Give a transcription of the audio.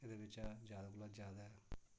एह्दे बिच्चा ज्यादा कोला ज्यादा